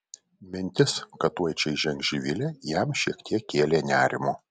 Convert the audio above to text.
mintis kad tuoj čia įžengs živilė jam šiek tiek kėlė nerimo